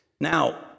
Now